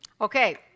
Okay